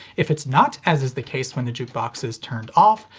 if it's not, as is the case when the jukebox is turned off,